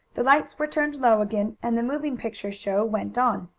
the lights were turned low again, and the moving picture show went on.